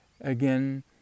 again